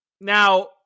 Now